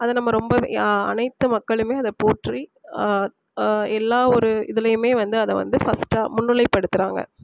அது நம்ம ரொம்பவே அனைத்து மக்களுமே அதை போற்றி எல்லா ஒரு இதுலேயுமே வந்து அதை வந்து ஃபர்ஸ்ட்டாக முன்னிலைப்படுத்துகிறாங்க